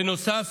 בנוסף,